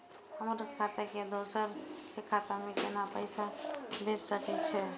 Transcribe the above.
हमर खाता से दोसर के खाता में केना पैसा भेज सके छे?